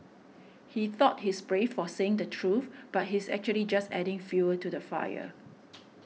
he thought he's brave for saying the truth but he's actually just adding fuel to the fire